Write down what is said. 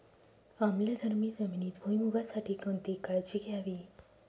आम्लधर्मी जमिनीत भुईमूगासाठी कोणती काळजी घ्यावी?